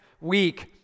week